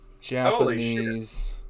Japanese